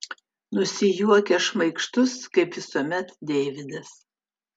nusijuokia šmaikštus kaip visuomet deividas